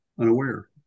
unaware